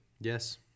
Yes